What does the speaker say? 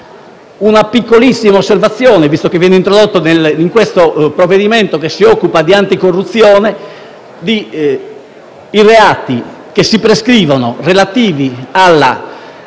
una piccolissima osservazione, visto che viene introdotto in questo provvedimento che si occupa di anticorruzione: i reati che si prescrivono relativi ai